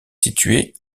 situé